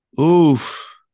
Oof